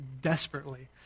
desperately